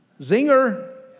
Zinger